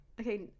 Okay